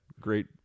great